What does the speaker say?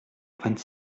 vingt